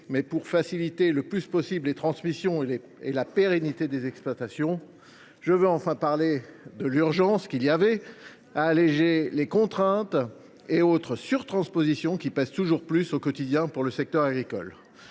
et pour faciliter le plus possible les transmissions et la pérennité des exploitations. Je pense enfin à l’urgence d’alléger les contraintes et autres surtranspositions qui pèsent toujours plus au quotidien sur le secteur agricole.